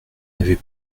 avais